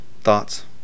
thoughts